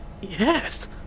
Yes